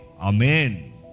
amen